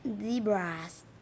Zebras